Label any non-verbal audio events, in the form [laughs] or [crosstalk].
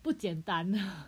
不简单 [laughs]